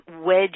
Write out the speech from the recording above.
wedge